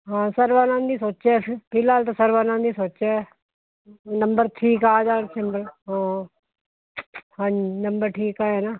ਹਾਂ ਸਰਵਾਨੰਦ ਹੀ ਸੋਚਿਆ ਫਿ ਫਿਲਹਾਲ ਤਾਂ ਸਰਵਾਨੰਦ ਹੀ ਸੋਚਿਆ ਨੰਬਰ ਠੀਕ ਆ ਜਾਣ ਹਾਂ ਨੰਬਰ ਠੀਕ ਆਇਆ ਨਾ